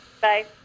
Bye